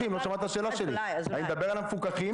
אני מדבר על המפוקחים.